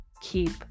keep